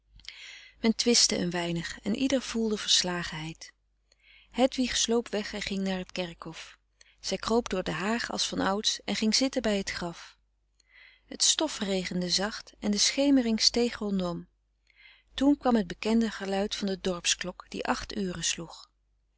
men twistte een weinig en ieder voelde verslagenheid hedwig sloop weg en ging naar het kerkhof zij kroop door de haag als van ouds en ging zitten bij het graf het stofregende zacht en de schemering steeg rondom toen kwam het bekende geluid van de dorpsklok die acht uren sloeg